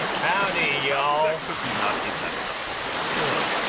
howdy y'all and cookie not in that cup no